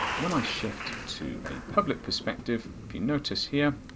when i shift to a public perspective, if you notice here,